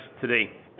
today